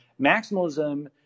Maximalism